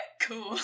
Cool